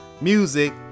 music